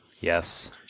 Yes